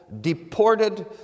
deported